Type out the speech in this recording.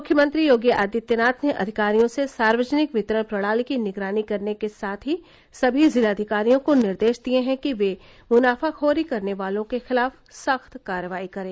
मुख्यमंत्री योगी आदित्यनाथ ने अधिकारियों से सार्वजनिक वितरण प्रणाली की निगरानी करने के साथ ही सभी जिलाधिकारियों को निर्देश दिये हैं कि वो मुनाफाखोरी करने वालों के खिलाफ सख्त कार्रवाई करें